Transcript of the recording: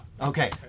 Okay